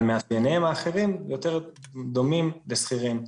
אבל מאפייניהם האחרים יותר דומים לשכירים.